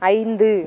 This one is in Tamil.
ஐந்து